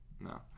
No